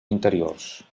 interiors